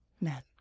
Men